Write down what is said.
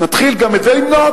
נתחיל גם את זה למנות,